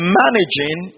managing